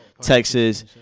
Texas